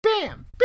bam